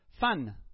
Fun